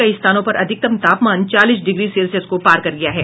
कई स्थानों पर अधिकतम तापमान चालीस डिग्री सेल्सियस को पार कर गया है